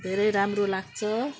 धेरै राम्रो लाग्छ